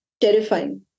terrifying